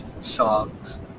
songs